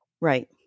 right